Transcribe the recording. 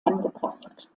angebracht